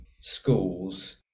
schools